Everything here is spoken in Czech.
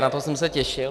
Na to jsem se těšil.